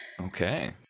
Okay